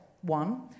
One